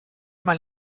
mal